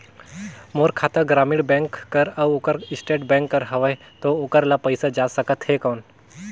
मोर खाता ग्रामीण बैंक कर अउ ओकर स्टेट बैंक कर हावेय तो ओकर ला पइसा जा सकत हे कौन?